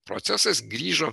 procesas grįžo